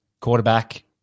quarterback